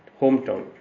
hometown